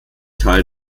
teil